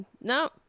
No